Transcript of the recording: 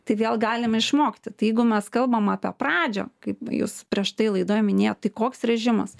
tai vėl galime išmokti tai jeigu mes kalbam apie pradžią kaip jūs prieš tai laidoj minėjot tai koks režimas